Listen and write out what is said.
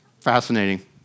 fascinating